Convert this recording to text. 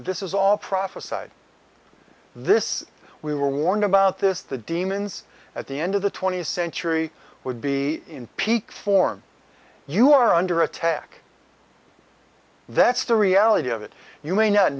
this is all prophesied this we were warned about this the demons at the end of the twentieth century would be in peak form you are under attack that's the reality of it you may not